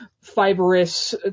fibrous